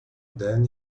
then